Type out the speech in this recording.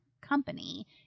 company